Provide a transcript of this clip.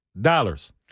dollars